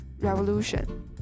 Revolution